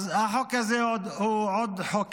אז החוק הזה הוא עוד חוק